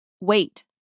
wait